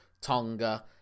Tonga